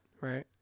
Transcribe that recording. right